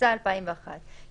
התשס"א 2001‏ ,